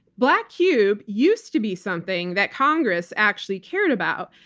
black cube used to be something that congress actually cared about.